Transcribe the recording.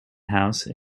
house